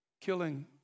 killing